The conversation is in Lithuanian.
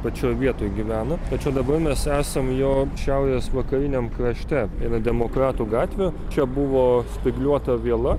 pačioj vietoj gyvena tačiau dabar mes esam jo šiaurės vakariniam krašte eina demokratų gatvė čia buvo spygliuota viela